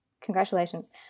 Congratulations